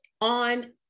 on